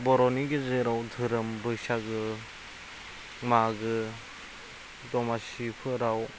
बर'नि गेजेराव धोरोम बैसागो मागो दमासिफोराव